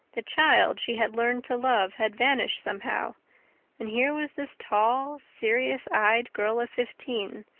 the child she had learned to love had vanished somehow and here was this tall, serious-eyed girl of fifteen,